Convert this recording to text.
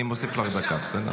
אני מוסיף לך דקה, בסדר?